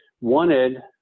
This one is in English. wanted